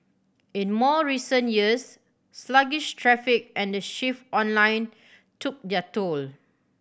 in more recent years sluggish traffic and the shift online took their toll